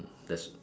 mm that's